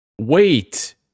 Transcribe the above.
Wait